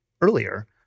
earlier